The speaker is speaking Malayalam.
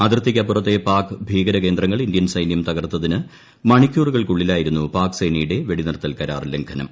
അതിർത്തിക്കപ്പുറത്തെ പാക് ഭീകരകേന്ദ്രങ്ങൾ ഇന്ത്യൻ സൈന്യം തകർത്തിന് മണിക്കൂറുകൾക്കുള്ളിലായിരുന്നു പാക് സേനയുടെ വെടിനിർത്തൽ കരാർ ലംഘനം